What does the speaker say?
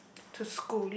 to school